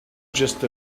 just